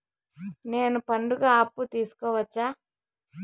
నేను పండుగ అప్పు తీసుకోవచ్చా?